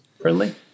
friendly